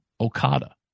Okada